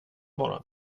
bara